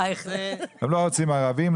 הם לא רוצים ערבים,